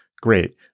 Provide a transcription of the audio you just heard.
great